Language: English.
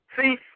See